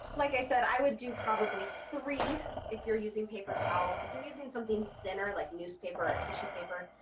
like i said, i would do probably three if you're using paper towels if you're using something thinner like newspaper or tissue paper,